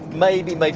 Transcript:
maybe, like